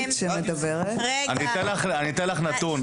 אני אתן לך נתון.